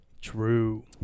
True